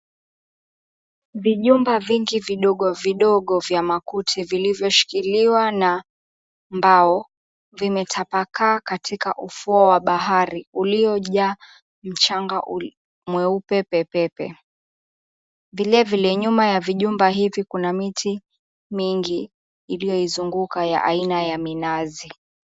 Vijumba vingi vidogo vidogo vya makuti vilivyoshikiliwa na mbao vimetapakaa katika ufuo wa bahari uliojaa mchanga mweupe pe pe pe. Vile vile nyuma ya vijumba hivi kuna miti mingi iliyoizunguka ya aina ya minazi.